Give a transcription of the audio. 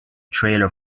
trailer